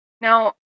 Now